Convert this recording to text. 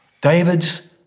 David's